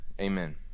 Amen